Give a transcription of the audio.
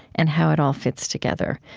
and how it all fits together.